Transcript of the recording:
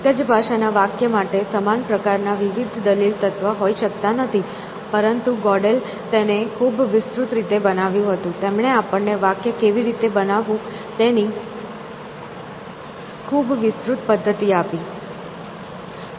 એક જ ભાષાના વાક્ય માટે સમાન પ્રકારના વિવિધ દલીલ તત્વ હોઈ શકતા નથી પરંતુ ગોડેલે તેને ખૂબ વિસ્તૃત રીતે બનાવ્યું હતું તેમણે આપણને વાક્ય કેવી રીતે બનાવવું તેની ખૂબ વિસ્તૃત પદ્ધતિ આપી